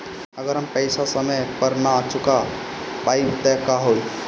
अगर हम पेईसा समय पर ना चुका पाईब त का होई?